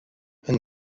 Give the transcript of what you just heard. een